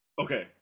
Okay